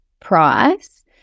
price